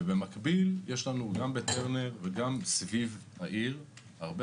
במקביל יש גם בטרנר וגם סביב העיר הרבה